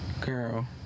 girl